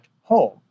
home